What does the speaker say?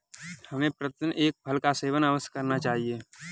हमें प्रतिदिन एक फल का सेवन अवश्य करना चाहिए